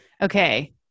okay